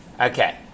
Okay